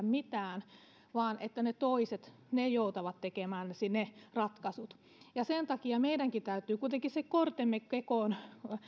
mitään vaan ne toiset joutavat tekemään ne ratkaisut sen takia meidänkin täytyy kuitenkin se kortemme kekoon